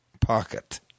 pocket